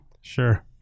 Sure